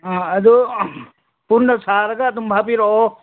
ꯑꯥ ꯑꯗꯨ ꯄꯨꯟꯅ ꯁꯥꯔꯒ ꯑꯗꯨꯝ ꯍꯥꯞꯄꯤꯔꯛꯑꯣ